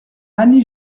annie